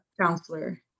counselor